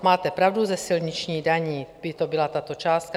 Máte pravdu, ze silničních daní, by to byla tato částka.